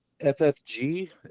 FFG